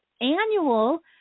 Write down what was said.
annual